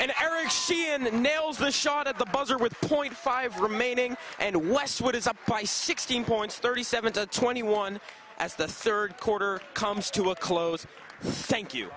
eric sheehan the nails the shot at the buzzer with point five remaining and watch what is up by sixteen points thirty seven to twenty one as the third quarter comes to a close thank you